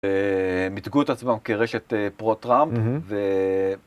ומיתגו את עצמם כרשת פרו-טראמפ, ו...